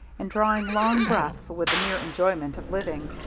and drawing long breaths with the mere enjoyment of living.